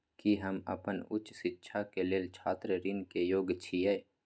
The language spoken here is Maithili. की हम अपन उच्च शिक्षा के लेल छात्र ऋण के योग्य छियै?